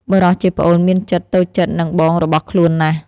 បុរសជាប្អូនមានចិត្តតូចចិត្តនឹងបងរបស់ខ្លួនណាស់។